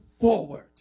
forward